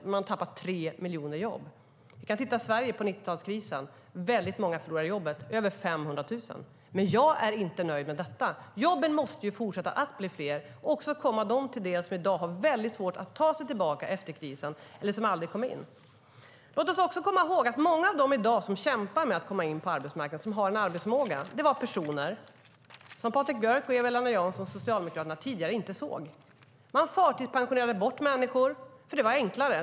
De har tappat tre miljoner jobb. Vi kan titta på hur det såg ut i Sverige under 90-talskrisen. Det var väldigt många som förlorade jobbet. Det var över 500 000. Men jag är inte nöjd med detta. Jobben måste fortsätta att bli fler och också komma dem till del som i dag har väldigt svårt att ta sig tillbaka efter krisen eller som aldrig kom in. Låt oss också komma ihåg att många av dem som i dag kämpar med att komma in på arbetsmarknaden och har en arbetsförmåga var personer som Patrik Björck, Eva-Lena Jansson och Socialdemokraterna tidigare inte såg. Man förtidspensionerade bort människor eftersom det var enklare.